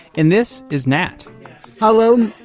and this is nat hello,